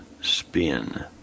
spin